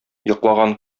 йоклаган